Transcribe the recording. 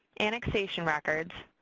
annexation records,